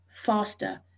faster